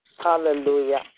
Hallelujah